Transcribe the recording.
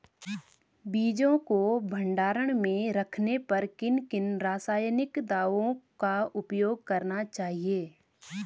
बीजों को भंडारण में रखने पर किन किन रासायनिक दावों का उपयोग करना चाहिए?